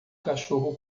cachorro